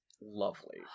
lovely